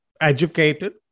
educated